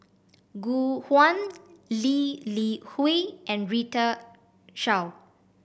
Gu Juan Lee Li Hui and Rita Chao